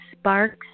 sparks